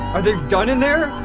are they done in there?